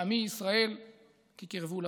לעמי ישראל כי קרבו לבוא.